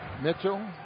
Mitchell